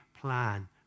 plan